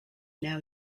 now